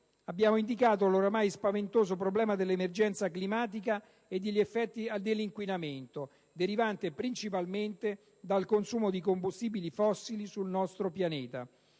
abbiamo indicato l'ormai spaventoso problema dell'emergenza climatica e degli effetti dell'inquinamento - derivante principalmente dal consumo di combustibili fossili - sul nostro pianeta.